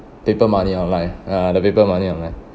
paper money online ah the paper money online